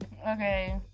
Okay